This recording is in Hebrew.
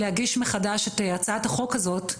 להגיש מחדש את הצעת החוק הזאת,